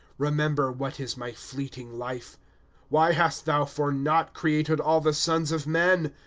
remember what is my fleeting life why hast thou for naught created all the sons of men?